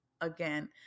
again